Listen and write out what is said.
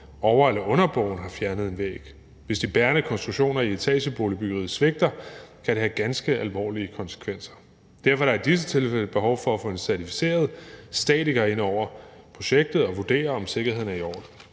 over- eller underboen har fjernet en væg. Hvis de bærende konstruktioner i etageboligbyggeriet svigter, kan det have ganske alvorlige konsekvenser. Derfor er der i disse tilfælde behov for at få en certificeret statiker ind over projektet til at vurdere, om sikkerheden er i